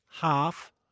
half